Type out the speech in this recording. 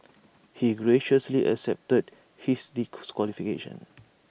he graciously accepted his